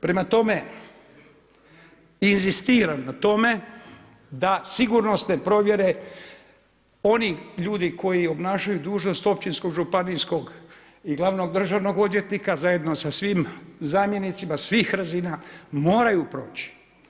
Prema tome, inzistiram na tome da sigurnosne provjere onih ljudi koji obnašaju dužnost općinskog, županijskog i glavnog državnog odvjetnika zajedno sa svim zamjenicima svih razina moraju proći.